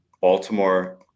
Baltimore